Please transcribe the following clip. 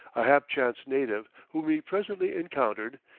a hapchance native whom he presently encountered,